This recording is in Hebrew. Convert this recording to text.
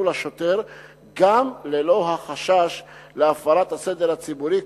לשוטר גם ללא החשש להפרת הסדר הציבורי,